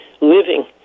living